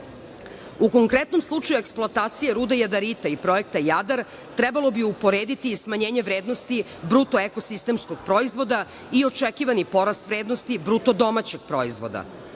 konkretnom slučaju eksploatacije ruda jadarita i Projekta „Jadar“ trebalo bi uporediti i smanjenje vrednosti bruto ekosistemskog proizvoda i očekivani porast vrednosti bruto domaćeg proizvoda.